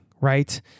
right